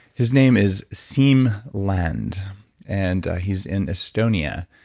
his name is siim land and he's in estonia.